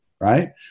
right